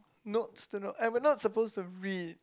notes to note and we're not supposed to read